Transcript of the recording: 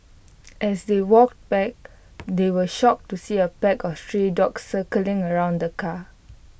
as they walked back they were shocked to see A pack of stray dogs circling around the car